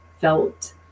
felt